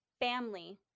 family